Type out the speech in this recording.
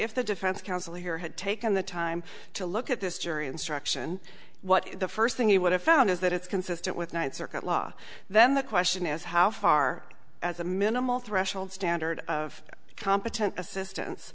if the defense counsel here had taken the time to look at this jury instruction what the first thing he would have found is that it's consistent with ninth circuit law then the question is how far as a minimal threshold standard of competent assistance